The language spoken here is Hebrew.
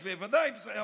אמרתי,